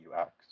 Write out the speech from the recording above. UX